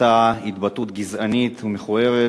התבטאות גזענית ומכוערת